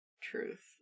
truth